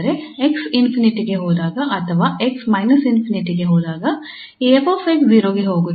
ಅಂದರೆ 𝑥 ∞ ಗೆ ಹೋದಾಗ ಅಥವಾ 𝑥 −∞ ಗೆ ಹೋದಾಗ ಈ 𝑓 𝑥 0 ಗೆ ಹೋಗುತ್ತದೆ